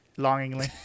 Longingly